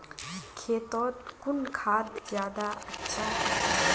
खेतोत कुन खाद ज्यादा अच्छा होचे?